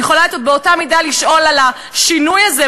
אני יכולה באותה מידה לשאול על השינוי הזה,